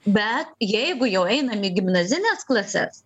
bet jeigu jau einame į gimnazistės klases